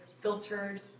filtered